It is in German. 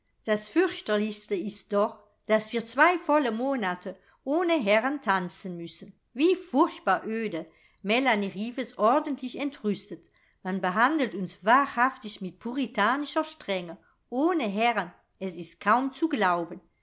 das fürchterlichste ist doch daß wir zwei volle monate ohne herren tanzen müssen wie furchtbar öde melanie rief es ordentlich entrüstet man behandelt uns wahrhaftig mit puritanischer strenge ohne herren es ist kaum zu glauben